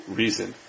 reason